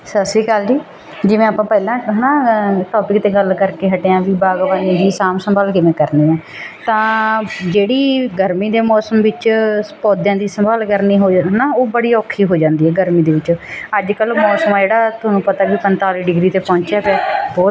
ਸਤਿ ਸ਼੍ਰੀ ਅਕਾਲ ਜੀ ਜਿਵੇਂ ਆਪਾਂ ਪਹਿਲਾਂ ਹੈ ਨਾ ਟੋਪਿਕ 'ਤੇ ਗੱਲ ਕਰਕੇ ਹਟੇ ਹਾਂ ਵੀ ਬਾਗਬਾਨੀ ਦੀ ਸਾਂਭ ਸੰਭਾਲ ਕਿਵੇਂ ਕਰਨੀ ਆ ਤਾਂ ਜਿਹੜੀ ਗਰਮੀ ਦੇ ਮੌਸਮ ਵਿੱਚ ਪੌਦਿਆਂ ਦੀ ਸੰਭਾਲ ਕਰਨੀ ਹੋ ਹੈ ਨਾ ਉਹ ਬੜੀ ਔਖੀ ਹੋ ਜਾਂਦੀ ਹੈ ਗਰਮੀ ਦੇ ਵਿੱਚ ਅੱਜ ਕੱਲ੍ਹ ਮੌਸਮ ਆ ਜਿਹੜਾ ਤੁਹਾਨੂੰ ਪਤਾ ਵੀ ਪੰਤਾਲੀ ਡਿਗਰੀ 'ਤੇ ਪਹੁੰਚਿਆ ਪਿਆ ਬਹੁਤ